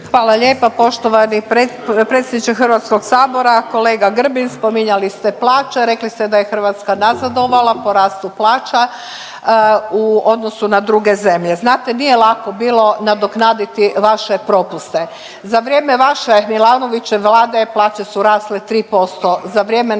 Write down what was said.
Hvala lijepa. Poštovani predsjedniče Hrvatskog sabora, kolega Grbin spominjali ste plaće, rekli ste da je Hrvatska nazadovala po rastu plaća u odnosu na druge zemlje. Znate nije lako bilo nadoknaditi vaše propuste. Za vrijeme vaše Milanovićeve Vlade plaće su rasle 3%, za vrijeme naše Vlade